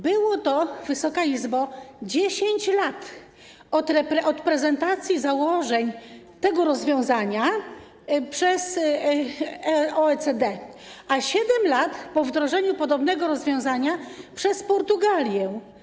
Było to, Wysoka Izbo, 10 lat od prezentacji założeń tego rozwiązania przez OECD, a 7 lat po wdrożeniu podobnego rozwiązania przez Portugalię.